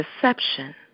deception